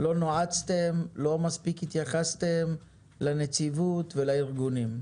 לא נועצתם, לא מספיק התייחסתם לנציבות ולארגונים.